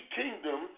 kingdom